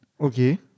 Okay